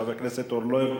חבר הכנסת אורלב.